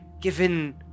given